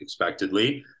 expectedly